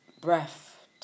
breath